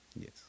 Yes